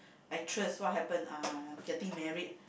actress what happen uh getting married